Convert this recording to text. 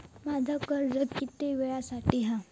माझा कर्ज किती वेळासाठी हा?